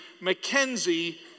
Mackenzie